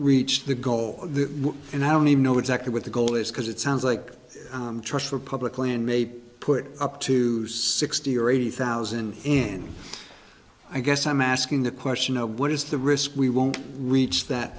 reach the goal and i don't even know exactly what the goal is because it sounds like trust for public land may be put up to sixty or eighty thousand and i guess i'm asking the question what is the risk we won't reach that